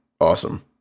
awesome